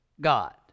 God